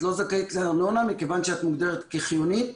את לא זכאית לארנונה מכיוון שאת מוגדרת כחיונית.